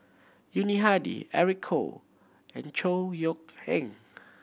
Yuni Hadi Eric Khoo and Chor Yeok Eng